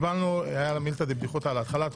הייתה מילתא דבדיחותא על ההתחלה,